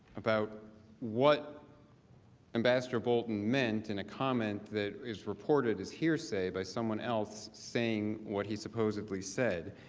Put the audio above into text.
about what ambassador bolton meant in a comment that is reported as hearsay by someone else saying what he supposedly said.